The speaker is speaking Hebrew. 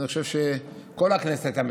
אני חושב שכל הכנסת הייתה,